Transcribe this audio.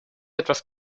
etwas